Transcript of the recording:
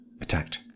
Attacked